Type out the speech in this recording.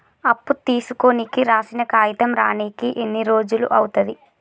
అప్పు తీసుకోనికి రాసిన కాగితం రానీకి ఎన్ని రోజులు అవుతది?